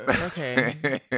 Okay